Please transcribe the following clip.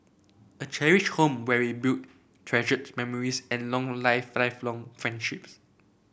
a cherished home where we build treasured memories and long life lifelong friendships